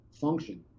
function